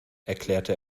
erklärte